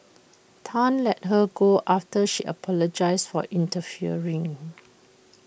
Tan let her go after she apologised for interfering